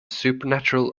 supernatural